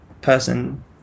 person